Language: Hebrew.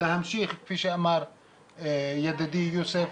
להמשיך כפי שאמר ידידי יוסף,